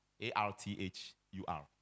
A-R-T-H-U-R